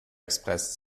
express